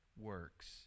works